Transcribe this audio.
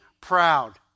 proud